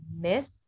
miss